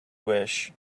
wish